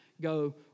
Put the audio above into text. go